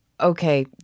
okay